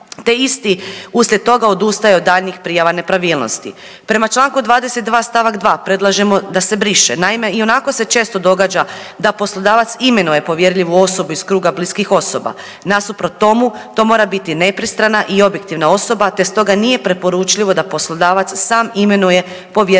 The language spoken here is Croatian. te isti uslijed toga odustaju od daljnjih prijava nepravilnosti. Prema Članku 22. stavak 2. predlažemo da se briše. Naime, ionako se često događa da poslodavac imenuje povjerljivu osobu iz kruga bliskih osoba. Nasuprot tomu to mora biti nepristrana i objektivna osoba te stoga nije preporučljivo da poslodavac sam imenuje povjerljivu osobu